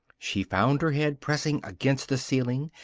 she found her head pressing against the ceiling,